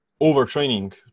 overtraining